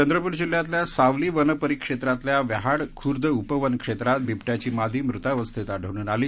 चंद्रपूर जिल्ह्यातल्या सावली वनपरिक्षेत्रातल्या व्याहाड खुर्द उपवन क्षेत्रात बिबट्याची मादी मृतावस्थेत आढळून आली